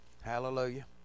Hallelujah